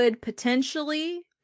potentially